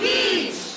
Beach